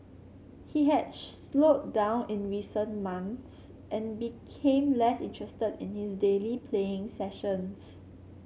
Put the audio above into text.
he had slowed down in recent months and became less interested in his daily playing sessions